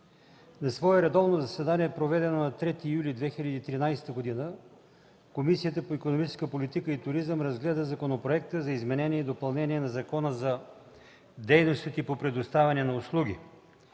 На свое редовно заседание, проведено на 3 юли 2013 г., Комисията по икономическата политика и туризъм разгледа Законопроекта за изменение и допълнение на Закона за дейностите по предоставяне на услуги.